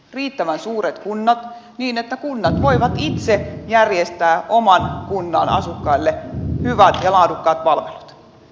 riittävän suuret kunnat niin että kunnat voivat itse järjestää oman kunnan asukkaille hyvät ja laadukkaat palvelut